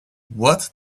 what